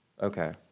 Okay